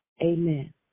Amen